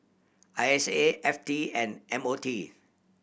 I S A F T and M O T